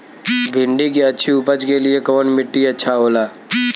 भिंडी की अच्छी उपज के लिए कवन मिट्टी अच्छा होला?